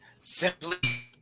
simply